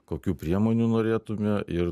kokių priemonių norėtume ir